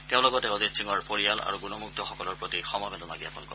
তেওঁ লগতে অজিত সিঙৰ পৰিয়াল আৰু গুণমুগ্ধসকলৰ প্ৰতি সমবেদনা জ্ঞাপন কৰে